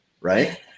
right